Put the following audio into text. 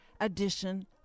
edition